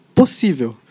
possível